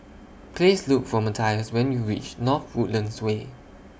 Please Look For Mathias when YOU REACH North Woodlands Way